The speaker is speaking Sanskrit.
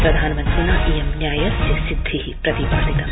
प्रधानमन्त्रिणा इयं न्यायस्य सिद्धि प्रतिपादितम्